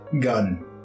gun